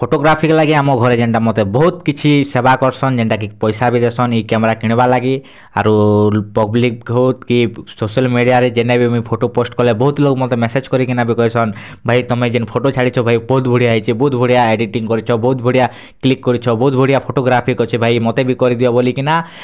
photographic ଲାଗି ଆମ ଘରେ ଯେନ୍ତା ମତେ ବହୁତ୍ କିଛି ସେବା କରସନ୍ ଯେନ୍ତାକି ପଏସା ବି ଦେସନ୍ ଇ କ୍ୟାମେରା କିଣ୍ବାର୍ ଲାଗି ଆରୁ ପବ୍ଲିକ୍ ହେଉ କି ସୋସିଆଲ୍ ମିଡ଼ିଆରେ ଯେନେ ବି ମୁଇଁ ଫୋଟୋ ପୋଷ୍ଟ୍ କଲେ ବହୁତ୍ ଲୋକ ମତେ ମେସେଜ୍ କରିକିନା ବି କହେସନ୍ ଭାଇ ତମେ ଯେନ୍ ଫୋଟୋ ଛାଡ଼ିଛ ଭାଇ ବହୁତ୍ ବଢ଼ିଆ ହେଇଛେ ବହୁତ୍ ବଢ଼ିଆ ଏଡ଼ିଟିଙ୍ଗ୍ କରିଛ ବହୁତ୍ ବଢ଼ିଆ କ୍ଲିକ୍ କରିଛ ବହୁତ୍ ବଢ଼ିଆ ଫୋଟୋଗ୍ରାଫିକ୍ ଅଛେ ଭାଇ ମତେ ବି କରିଦିଅ ବୋଲିକିନା